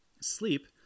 sleep